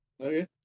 Okay